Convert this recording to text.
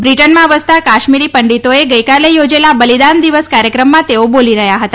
બ્રિટનમાં વસતા કાશ્મીર પંડિતોએ ગઈકાલે યોજેલા બલિદાન દિવસ કાર્યક્રમમાં તેઓ બોલી રહ્યા હતા